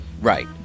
Right